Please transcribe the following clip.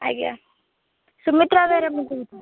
ଆଜ୍ଞା ସୁମିତ୍ରା ବେହେରା ମୁଁ କହୁଛି